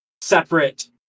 separate